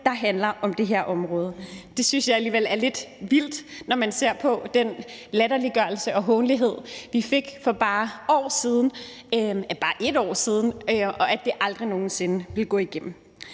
som handler om det område. Det synes jeg alligevel er lidt vildt, når man ser på den latterliggørelse og hån, vi mødte for bare et år siden, altså at det aldrig nogen sinde ville gå igennem.